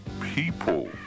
people